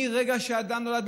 מרגע שאדם נולד,